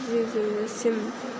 जिउ जोबजासिम